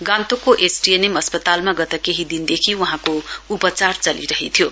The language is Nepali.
गान्तोकको एसटीएनएम अस्पतालमा गत केही दिनदेखि वहाँको उपचार चलिरहेथ्यो